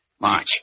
March